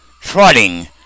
trotting